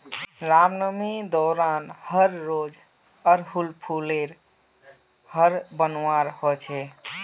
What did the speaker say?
रामनवामी दौरान हर रोज़ आर हुल फूल लेयर हर बनवार होच छे